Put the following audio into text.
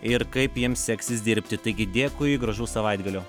ir kaip jiems seksis dirbti taigi dėkui gražaus savaitgalio